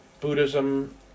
Buddhism